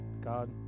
God